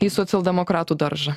į socialdemokratų daržą